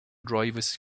drivers